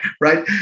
right